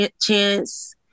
Chance